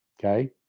Okay